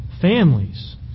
Families